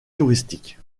touristique